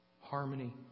harmony